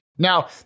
Now